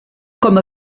com